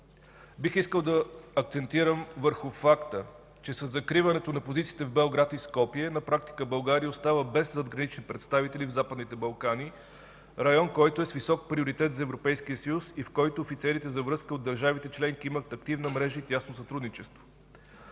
Бих искал да акцентирам върху факта, че със закриването на позициите в Белград и Скопие на практика България остава без задгранични представители в Западните Балкани – район, който е с висок приоритет за Европейския съюз и в който офицерите за връзка от държавите членки имат активна мрежа и тясно сътрудничество.